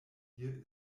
hier